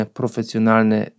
profesjonalne